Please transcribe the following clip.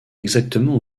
exactement